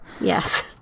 Yes